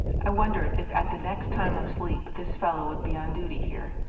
i wondered if at the next time of sleep this fellow would be on duty here.